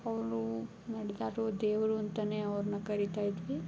ಅವರು ನಡೆದಾಡುವ ದೇವರು ಅಂತಾ ಅವನ್ನ ಕರಿತಾ ಇದ್ವಿ